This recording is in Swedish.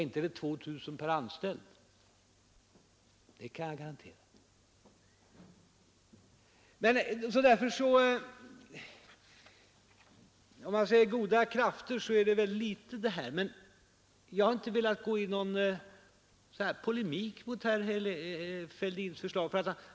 Inte är det 2 000 per anställd, det kan jag garantera. När man talar om goda krafter betyder väl det här ganska litet, men jag har inte velat gå in i någon polemik mot herr Fälldins förslag.